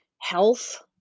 health